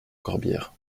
corbières